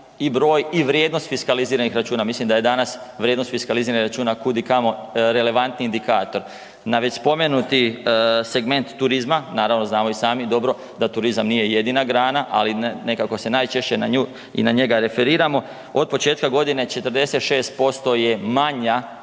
i broj i vrijednost fiskaliziranih računa. Mislim da je danas vrijednost fiskaliziranih računa kud i kamo relevantni indikator. Na već spomenuti segment turizma, naravno znamo i sami dobro da turizam nije jedina grana, ali nekako se najčešće na nju i na njega referiramo od početka godine 46% je manja